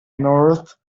north